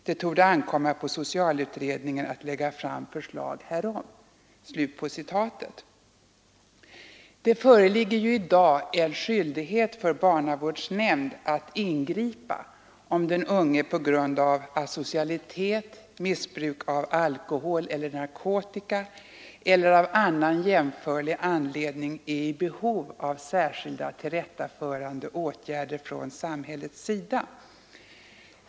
Det borde ankomma på socialutredningen att lägga fram förslag därom.” Det föreligger i dag en skyldighet för barnavårdsnämnd att ingripa om den unge på grund av asocialitet, missbruk av alkohol eller narkotika eller av annan jämförlig anledning är i behov av särskilda tillrättaförande åtgärder från samhällets sida.